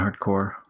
hardcore